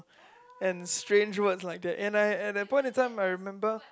and strange words like the and I at that point of time I remember